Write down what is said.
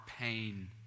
pain